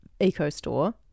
EcoStore